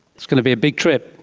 it's going to be a big trip.